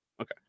Okay